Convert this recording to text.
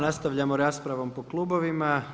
Nastavljamo raspravom po klubovima.